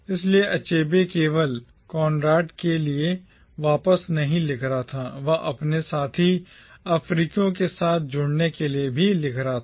इसलिए अचेबे केवल कोनराड के लिए वापस नहीं लिख रहा था वह अपने साथी अफ्रीकियों के साथ जुड़ने के लिए भी लिख रहा था